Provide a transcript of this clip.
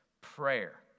Prayer